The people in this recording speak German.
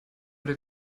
oder